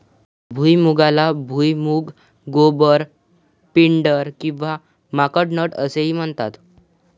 भुईमुगाला भुईमूग, गोबर, पिंडर किंवा माकड नट असेही म्हणतात